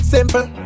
Simple